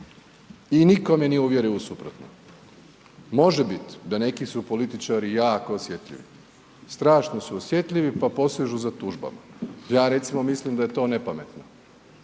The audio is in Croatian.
i nitko me nije uvjerio u suprotno. Može bit da neki su političari jako osjetljivi, strašno su osjetljivi, pa posežu za tužbama. Ja recimo mislim da je to ne pametno